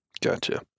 Gotcha